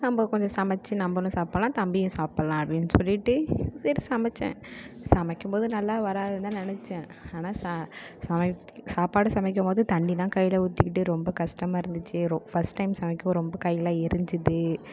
நம்ம கொஞ்சம் சமைச்சி நம்மளும் சாப்பிட்லாம் தம்பியும் சாப்பிட்லாம் அப்படின்னு சொல்லிட்டு சரி சமைத்தேன் சமைக்கும்போது நல்லா வராதுன்னு தான் நினைச்சேன் ஆனால் சாப்பாடு சமைக்கும் போது தண்ணியெலாம் கையில் ஊற்றிக்கிட்டு ரொம்ப கஷ்டமாக இருந்துச்சு ரோ ஃபஸ்ட் டைம் சமைக்கும்போது ரொம்ப கையெலாம் எரிஞ்சுது